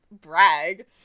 brag